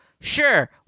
Sure